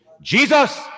jesus